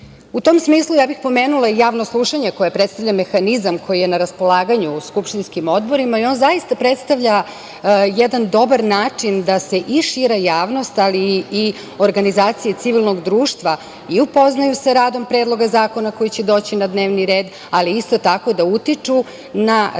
tom smislu pomenula bih javno slušanje, koje predstavlja mehanizam koji je na raspolaganju skupštinskim odborima. On zaista predstavlja jedan dobar način da se i šira javnost ali i organizacije civilnog društva i upoznaju sa radom predloga zakona koji će doći na dnevni red, ali isto da utiču na rad Skupštine